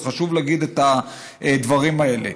חשוב להגיד את הדברים האלה.